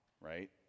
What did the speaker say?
right